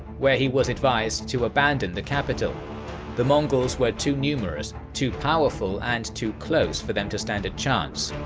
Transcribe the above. where he was advised to abandon the capital the mongols were too numerous, too powerful and too close for them to stand a chance.